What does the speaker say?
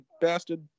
bastard